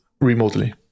remotely